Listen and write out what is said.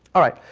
all right.